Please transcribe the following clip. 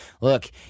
Look